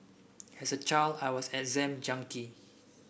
as a child I was an exam junkie